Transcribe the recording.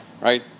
right